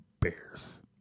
Bears